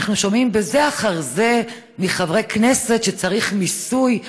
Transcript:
אנחנו שומעים בזה אחר זה מחברי כנסת שצריך מיסוי.